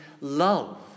love